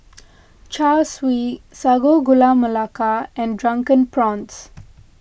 Char Siu Sago Gula Melaka and Drunken Prawns